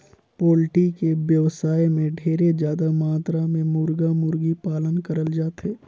poultry के बेवसाय में ढेरे जादा मातरा में मुरगा, मुरगी पालन करल जाथे